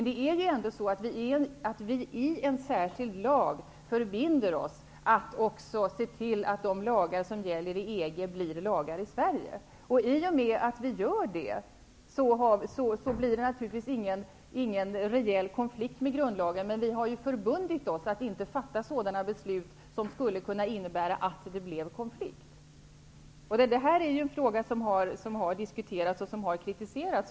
Det är dock så att vi i en särskild lag förbinder oss att se till att de lagar som gäller i EG blir lagar i Sverige. I och med att vi gör det blir det naturligtvis ingen rejäl konflikt med grundlagen. Men vi har förbundit oss att inte fatta sådana beslut som skulle kunna medföra att konflikt uppstår. Detta har diskuterats och kritiserats.